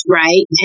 right